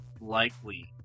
likely